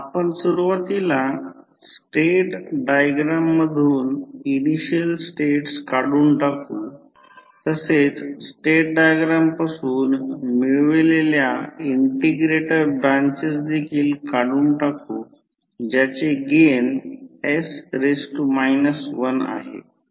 आपण सुरुवातीला state diagram मधून इनिशियल स्टेट्स काढून टाकू तसेच स्टेट डायग्राम पासून मिळवलेल्या इंटिग्रेटर ब्रांचेस देखील काढून टाकू ज्याचे गेन s 1 आहे